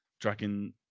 Dragon